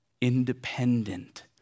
independent